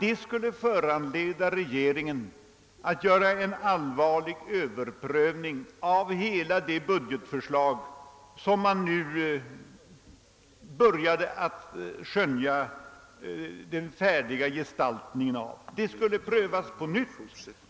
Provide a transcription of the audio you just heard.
Det skulle dock föranleda regeringen att göra en allvarlig överprövning av hela det budgetförslag, som man nu började kunna skönja i sin slutliga gestaltning.